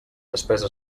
despesa